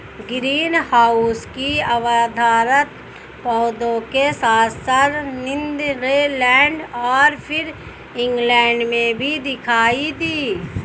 greenhouse की अवधारणा पौधों के साथ साथ नीदरलैंड और फिर इंग्लैंड में भी दिखाई दी